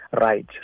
right